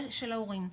ושל ההורים.